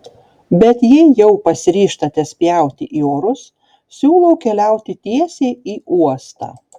bet jei jau pasiryžtate spjauti į orus siūlau keliauti tiesiai į uostą